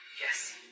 Yes